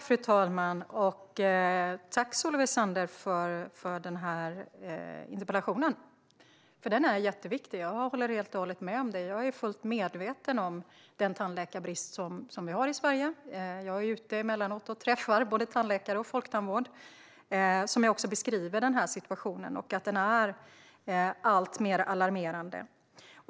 Fru talman! Tack, Solveig Zander, för den här interpellationen! Den är jätteviktig. Jag håller helt och hållet med om det och är fullt medveten om den tandläkarbrist som vi har i Sverige. Jag är ute emellanåt och träffar både tandläkare och folktandvård som beskriver situationen som är alltmer alarmerande.